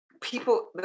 people